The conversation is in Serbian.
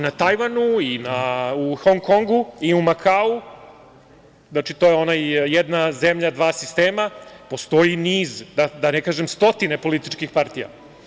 Na Tajvanu i u Hong Kongu i u Makau, znači, to je jedna zemlja, dva sistema, postoji niz, da ne kažem stotine politički partija.